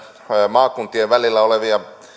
maakuntien välillä olevia